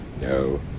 No